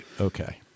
okay